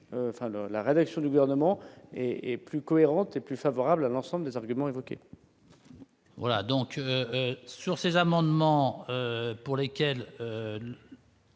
la rédaction du gouvernement et et plus cohérente et plus favorable à l'ensemble des arguments évoqués.